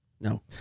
No